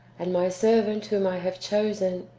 and my servant whom i have chosen,